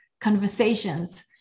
conversations